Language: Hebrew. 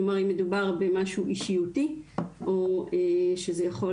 כלומר אם מדובר במשהו אישיותי או שזה יכול